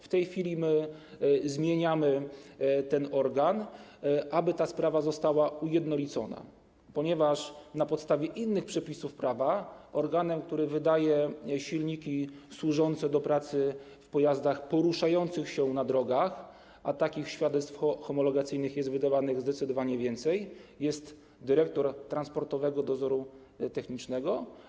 W tej chwili my zmieniamy ten organ, aby ta sprawa została ujednolicona, ponieważ na podstawie innych przepisów prawa organem, który wydaje świadectwa dla silników służących do pracy w pojazdach poruszających się na drogach - a takich świadectw homologacyjnych jest wydawanych zdecydowanie więcej - jest dyrektor Transportowego Dozoru Technicznego.